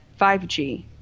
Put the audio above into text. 5G